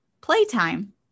playtime